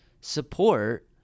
support